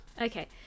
okay